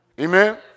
Amen